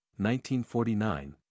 1949